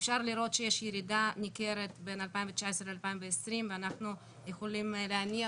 אפשר לראות שיש ירידה ניכרת בין 2019-2020 ואנחנו יכולים להניח